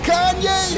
Kanye